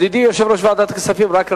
ידידי יושב-ראש ועדת הכספים, רק רגע,